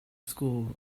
school